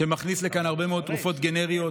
שמכניס לכאן הרבה מאוד תרופות גנריות,